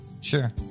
sure